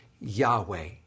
Yahweh